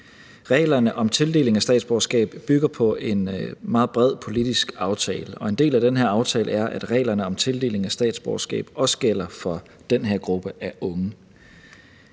Reglerne om tildeling af statsborgerskab bygger på en meget bred politisk aftale, og en del af den her aftale er, at reglerne om tildeling af statsborgerskab også gælder for den her gruppe af unge.